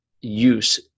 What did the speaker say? use